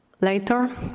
Later